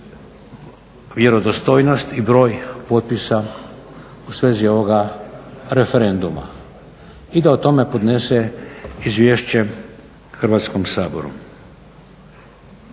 vjerodostojnost i broj potpisa u svezi ovoga referenduma i da o tome podnese izvješće Hrvatskom saboru.